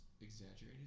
exaggerated